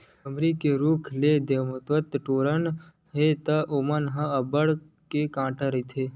बमरी के रूख ले दतवत टोरना हे त ओमा अब्बड़ के कांटा रहिथे